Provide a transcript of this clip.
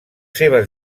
seves